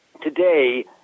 today